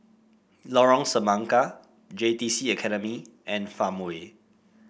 Lorong Semangka J T C Academy and Farmway